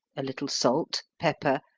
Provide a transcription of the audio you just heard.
a little salt, pepper,